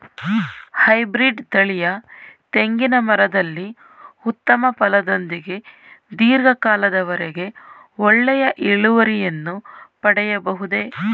Hybrid ತಳಿಯ ತೆಂಗಿನ ಮರದಲ್ಲಿ ಉತ್ತಮ ಫಲದೊಂದಿಗೆ ಧೀರ್ಘ ಕಾಲದ ವರೆಗೆ ಒಳ್ಳೆಯ ಇಳುವರಿಯನ್ನು ಪಡೆಯಬಹುದೇ?